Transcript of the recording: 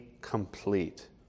complete